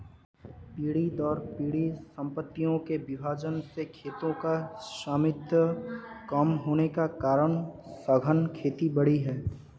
पीढ़ी दर पीढ़ी सम्पत्तियों के विभाजन से खेतों का स्वामित्व कम होने के कारण सघन खेती बढ़ी है